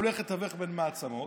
הולך לתווך בין מעצמות,